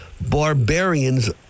barbarians